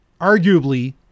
arguably